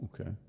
okay